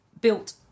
built